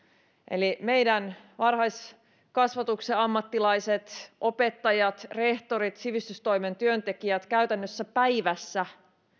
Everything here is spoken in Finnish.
eli meidän varhaiskasvatuksen ammattilaiset opettajat rehtorit sivistystoimen työntekijät käytännössä päivässä